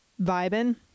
vibing